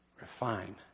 Refine